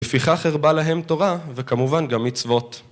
לפיכך הרבה להם תורה וכמובן גם מצוות.